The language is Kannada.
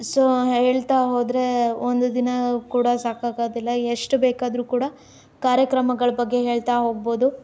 ಸೊ ಹೇಳ್ತಾ ಹೋದರೆ ಒಂದು ದಿನ ಕೂಡ ಸಾಕಾಗೋದಿಲ್ಲ ಎಷ್ಟು ಬೇಕಾದರೂ ಕೂಡ ಕಾರ್ಯಕ್ರಮಗಳ ಬಗ್ಗೆ ಹೇಳ್ತಾ ಹೋಗ್ಬೋದು